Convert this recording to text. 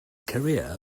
career